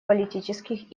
политических